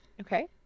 Okay